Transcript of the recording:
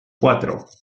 cuatro